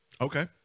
Okay